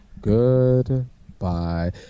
Goodbye